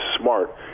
smart